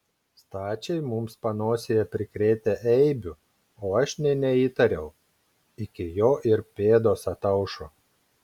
stačiai mums panosėje prikrėtę eibių o aš nė neįtariau iki jo ir pėdos ataušo